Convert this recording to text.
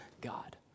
God